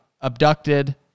abducted